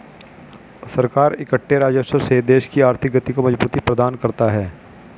सरकार इकट्ठे राजस्व से देश की आर्थिक गति को मजबूती प्रदान करता है